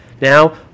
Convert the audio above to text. Now